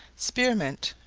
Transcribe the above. spearmint,